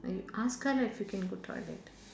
eh you ask her if you can go toilet